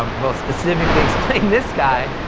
um we'll specifically explain this guy,